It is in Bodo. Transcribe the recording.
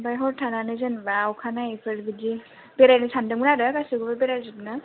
आमफ्राय हर थानानै जेनेबा अखा नायैफोर बिदि बेरायनो सानदोंमोन आरो गासिखौबो बेरायजोबनो